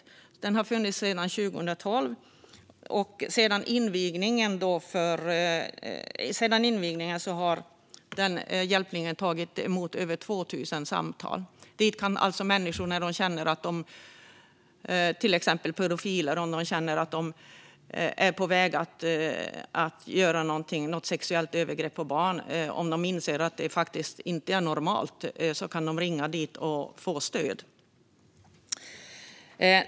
Hjälplinjen har funnits sedan 2012 och har sedan invigningen tagit emot över 2 000 samtal. Dit kan människor, till exempel pedofiler som känner att de är på väg att göra ett sexuellt övergrepp på barn och inser att det inte är normalt, ringa och få stöd.